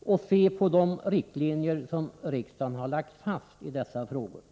och se på de riktlinjer som riksdagen har lagt fast i dessa frågor.